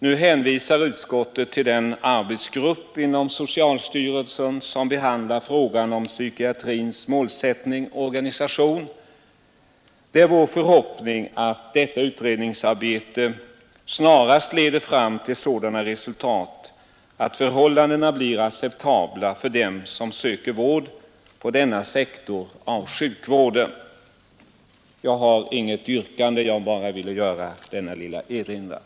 Nu hänvisar utskottet till den arbetsgrupp inom socialstyrelsen som behandlar frågan om psykiatrins målsättning och organisation. Det är vår förhoppning att detta utredningsarbete snarast leder fram till sådana resultat att förhållandena blir acceptabla för dem som söker vård på denna sektor av sjukvården. Jag har inget yrkande och ville bara göra denna lilla erinran.